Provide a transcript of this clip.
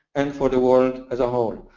and for the world as a whole.